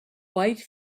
white